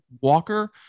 Walker